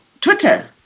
Twitter